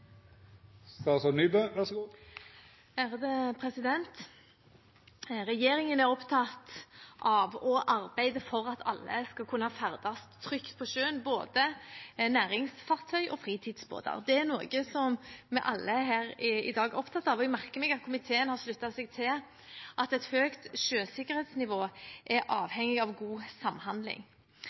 opptatt av å arbeide for at alle skal kunne ferdes trygt på sjøen, både næringsfartøy og fritidsbåter. Det er noe vi alle her i dag er opptatt av. Jeg merker meg at komiteen har sluttet seg til at et høyt sjøsikkerhetsnivå er avhengig av god samhandling.